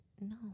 No